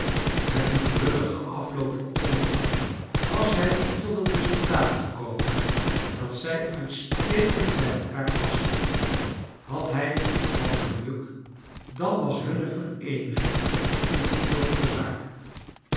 met een gelukkigen afloop voor oogen was hij tot het resultaat gekomen dat zij uitstekend bij elkaar pa sten had hij wat geluk dan was hunne vereeniging een beklonken zaak